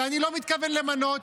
ואני לא מתכוון למנות,